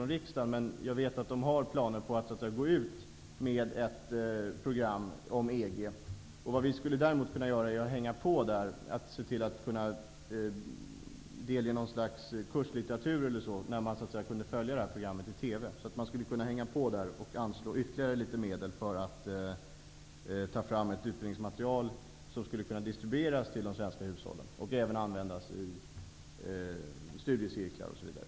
Nu skall vi inte på något sätt styra detta från riksdagen. Däremot skulle vi kunna hänga på där och dela ut någon slags kurslitteratur som kan användas när man följer detta program i TV. Vi skulle kunna hänga på där och anslå ytterligare medel för att ta fram ett utbildningsmaterial som skulle kunna distribueras till de svenska hushållen och även användas i studiecirklar osv.